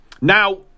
Now